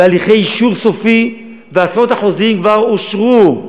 בהליכי אישור סופי, עשרות אחוזים כבר אושרו.